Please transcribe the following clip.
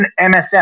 MSM